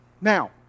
Now